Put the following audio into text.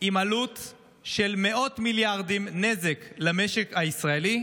על עלות של מאות מיליארדים נזק למשק הישראלי